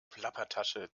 plappertasche